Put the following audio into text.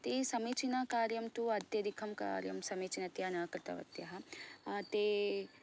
ते समीचीनकार्यं तु अत्यधिकं कार्यं समीचनतया न कृतवत्यः ते